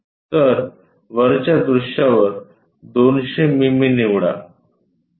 तर वरच्या दृश्यावर 200 मिमी निवडा